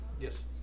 Yes